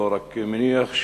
לא רק מניח,